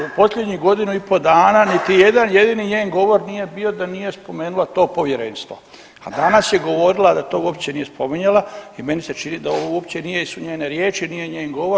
U posljednjih godinu i pol dana niti jedan jedini njen govor nije bio da nije spomenula to povjerenstvo, a danas je govorila da to uopće nije spominjala i meni se čini da ovo uopće nisu njene riječi, nije njen govor.